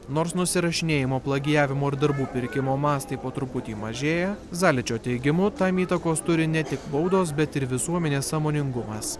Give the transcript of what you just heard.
nors nusirašinėjimo plagijavimo ir darbų pirkimo mastai po truputį mažėja zaličio teigimu tam įtakos turi ne tik baudos bet ir visuomenės sąmoningumas